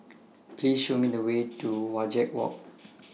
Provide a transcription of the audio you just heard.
Please Show Me The Way to Wajek Walk